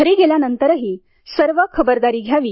घरी गेल्यानंतरही सर्व खबरदारी घ्यावी